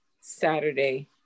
Saturday